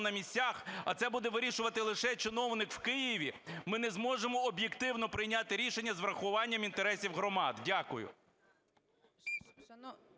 на місцях, а це буде вирішувати лише чиновник в Києві, ми не зможемо об'єктивно прийняти рішення з урахуванням інтересів громад. Дякую.